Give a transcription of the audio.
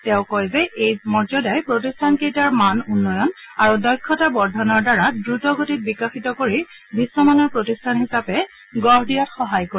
তেওঁ কয় যে এই মৰ্য্যাদাই প্ৰতিষ্ঠান কেইটাৰ মান উন্নয়ন আৰু দক্ষতা বৰ্ধনৰ দ্বাৰা দ্ৰুত গতিত বিকশিত কৰি বিশ্ব মানৰ প্ৰতিষ্ঠান হিচাপে গঢ় দিয়াত সহায় কৰিব